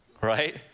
Right